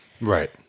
right